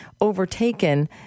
overtaken